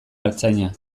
artzaina